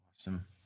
Awesome